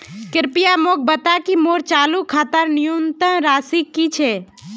कृपया मोक बता कि मोर चालू खातार न्यूनतम राशि की छे